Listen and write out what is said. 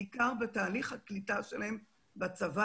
לא יכול להיות שאנחנו כחברה במקום לתמוך בהם ולתת להם הרבה יותר,